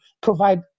provide